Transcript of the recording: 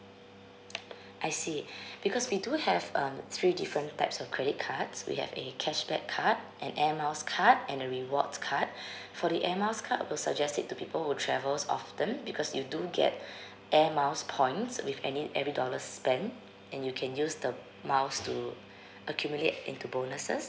I see because we do have um three different types of credit cards we have a cashback card and air miles card and a rewards card for the air miles card I will suggest it to people who travels often because you do get air miles points with any every dollar spent and you can use the miles to accumulate into bonuses